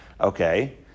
Okay